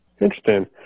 Interesting